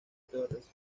torres